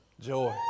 Joy